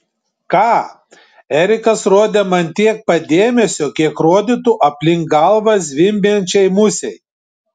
ką erikas rodė man tiek pat dėmesio kiek rodytų aplink galvą zvimbiančiai musei